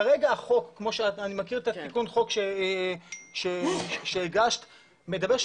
כרגע החוק ואני מכיר את תיקון החוק שהגשת מדבר על כך